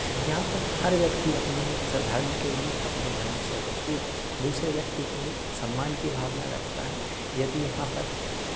यहाँ पर हर व्यक्ति अपने धर्म के लिए अपने धर्म से किसी दूसरे व्यक्ति के लिए एक सम्मान की भावना रखता है यदि यहाँ पर